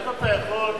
יכול,